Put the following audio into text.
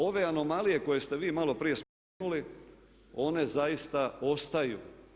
Ove anomalije koje ste vi malo prije spomenuli one zaista ostaju.